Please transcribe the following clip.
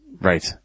Right